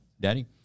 daddy